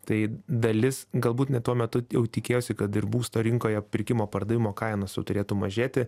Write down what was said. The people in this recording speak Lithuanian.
tai dalis galbūt net tuo metu jau tikėjosi kad ir būsto rinkoje pirkimo pardavimo kainos jau turėtų mažėti